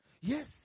Yes